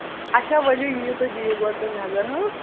اَچھا ؤلِو یِیِو تُہۍ دِیِو گۄڈٕ تُہۍ نَظر ہاں